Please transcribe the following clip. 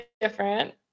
different